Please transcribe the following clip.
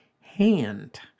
hand